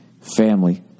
family